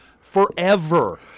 forever